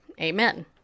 Amen